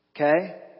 Okay